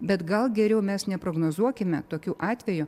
bet gal geriau mes neprognozuokime tokių atvejų